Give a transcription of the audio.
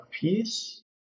piece